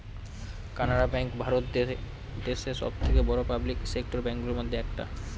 Canara bank Bharat দেশে সব থেকে বড়ো পাবলিক সেক্টর ব্যাঙ্ক গুলোর মধ্যে একটা